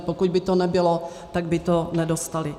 Pokud by to nebylo, tak by to nedostali.